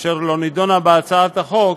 אשר לא נדונה בהצעת החוק,